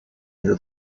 near